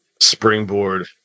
springboard